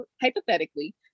hypothetically